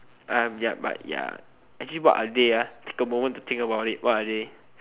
yup but ya actually what are they take a moment to think about it what are they